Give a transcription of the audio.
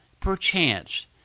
perchance